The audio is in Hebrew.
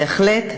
הטכנולוגית.